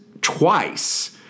twice